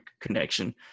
connection